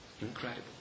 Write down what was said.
incredible